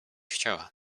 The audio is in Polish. chciała